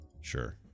Sure